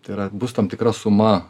tai yra bus tam tikra suma